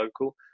local